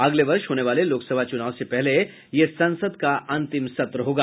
अगले वर्ष होने वाले लोकसभा चुनाव से पहले यह संसद का अंतिम सत्र होगा